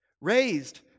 Raised